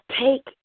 take